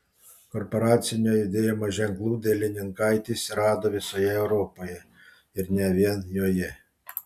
korporacinio judėjimo ženklų dielininkaitis rado visoje europoje ir ne vien joje